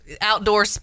outdoor